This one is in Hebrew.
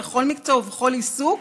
בכל מקצוע ובכל עיסוק,